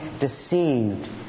deceived